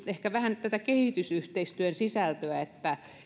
ehkä vähän kysyäkin tästä kehitysyhteistyön sisällöstä että